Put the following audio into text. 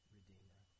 Redeemer